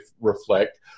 reflect